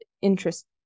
interest